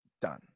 done